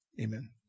amen